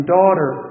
daughter